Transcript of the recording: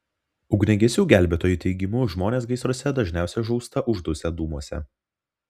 ugniagesių gelbėtojų teigimu žmonės gaisruose dažniausiai žūsta uždusę dūmuose